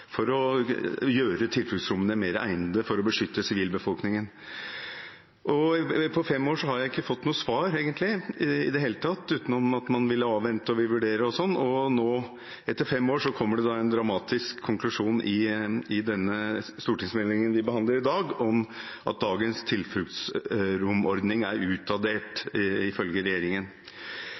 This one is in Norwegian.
gjøre tilfluktsrommene mer egnet for å beskytte sivilbefolkningen. På fem år har jeg egentlig ikke fått noe svar i det hele tatt, utenom at man vil avvente og vurdere, og nå, etter fem år, kommer det da en dramatisk konklusjon i den stortingsmeldingen vi behandler i dag, om at dagens tilfluktsromordning ifølge regjeringen er